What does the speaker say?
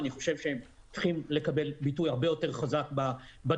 אני חושב שהם צריכים לקבל ביטוי הרבה יותר חזק בדיון,